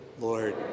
Lord